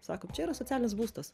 sakom čia yra socialinis būstas